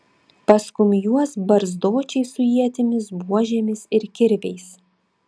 paskum juos barzdočiai su ietimis buožėmis ir kirviais